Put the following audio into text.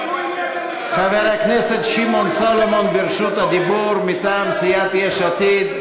חבר הכנסת שמעון סולומון ברשות הדיבור מטעם סיעת יש עתיד.